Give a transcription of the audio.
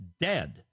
dead